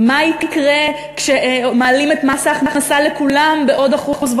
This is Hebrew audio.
מה יקרה כשמעלים את מס ההכנסה לכולם בעוד 1.5%?